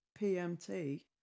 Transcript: pmt